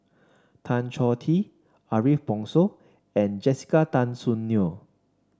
Tan Choh Tee Ariff Bongso and Jessica Tan Soon Neo